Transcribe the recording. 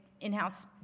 in-house